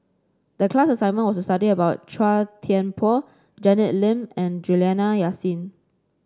the class assignment was to study about Chua Thian Poh Janet Lim and Juliana Yasin